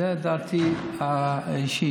זו דעתי האישית.